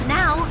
now